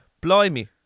blimey